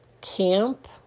camp